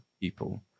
people